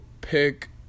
pick